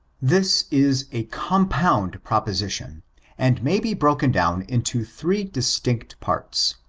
this is a compound proposition and may be broken down into three distinct parts.